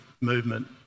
movement